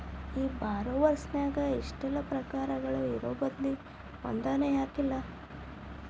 ಈ ಬಾರೊವರ್ಸ್ ನ್ಯಾಗ ಇಷ್ಟೆಲಾ ಪ್ರಕಾರಗಳು ಇರೊಬದ್ಲಿ ಒಂದನ ಯಾಕಿಲ್ಲಾ?